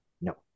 No